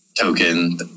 token